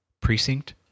precinct